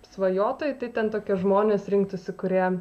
svajotojai tai ten tokie žmonės rinktųsi kurie